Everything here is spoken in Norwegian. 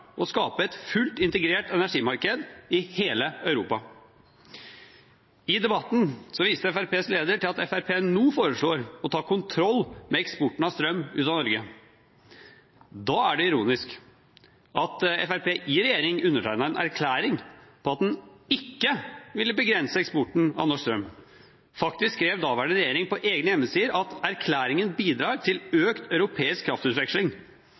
skape et fullt integrert energimarked i hele Europa. I debatten viste Fremskrittspartiets leder til at Fremskrittspartiet nå foreslår å ta kontroll med eksporten av strøm ut av Norge. Da er det ironisk at Fremskrittspartiet i regjering undertegnet en erklæring om at en ikke ville begrense eksporten av norsk strøm. Faktisk skrev daværende regjering på egne hjemmesider: «Erklæringen bidrar til økt europeisk kraftutveksling.»